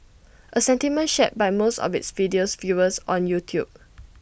A sentiment shared by most of its video's viewers on YouTube